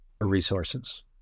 resources